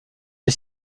des